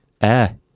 air